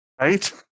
Right